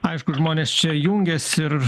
aišku žmonės čia jungiasi ir